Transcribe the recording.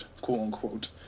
quote-unquote